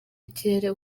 ikirere